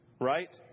right